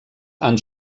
han